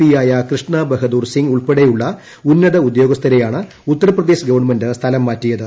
P യായ കൃഷ്ണ ബഹദൂർ സിംഗ് ഉൾപ്പെടെയുള്ള ഉന്നത ഉദ്യോഗസ്ഥരെയാണ് ഉത്തർപ്രദേശ് ഗവൺമെന്റ് സ്ഥലം മാറ്റിയത്